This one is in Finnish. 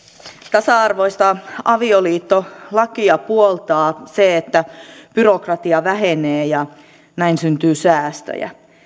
tasa arvoista avioliittolakia puoltaa se että byrokratia vähenee ja näin syntyy säästöjä